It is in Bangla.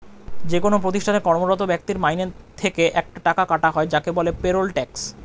যেকোন প্রতিষ্ঠানে কর্মরত ব্যক্তির মাইনে থেকে একটা টাকা কাটা হয় যাকে বলে পেরোল ট্যাক্স